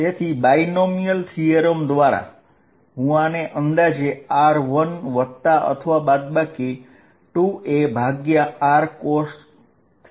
તેથી binomial theorem દ્વારા હું આ રીતે લખી શકીશ